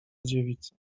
dziewica